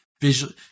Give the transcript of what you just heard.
visual